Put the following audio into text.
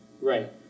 Right